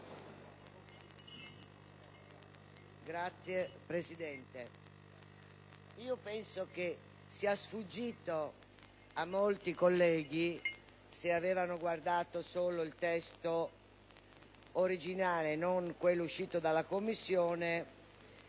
Signor Presidente, penso che sia sfuggito a molti colleghi, se hanno guardato solo il testo originale e non quello uscito dalle Commissioni,